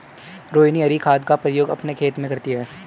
रोहिनी हरी खाद का प्रयोग अपने खेत में करती है